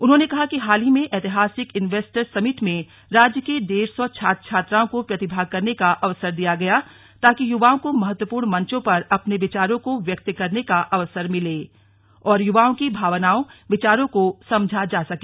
उन्होंने कहा कि हाल ही में ऐतिहासिक इन्वेस्टर्स समिट में राज्य के डेढ़ सौ छात्र छात्राओं को प्रतिभाग करने का अवसर दिया गया ताकि युवाओं को महत्वपूर्ण मंचों पर अपने विचारों को व्यक्त करने का अवसर मिले और युवाओं की भावनाओ विचारो को समझा जा सके